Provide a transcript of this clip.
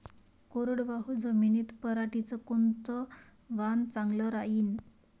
कोरडवाहू जमीनीत पऱ्हाटीचं कोनतं वान चांगलं रायीन?